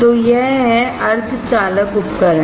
तो यह है सेमीकंडक्टर उपकरण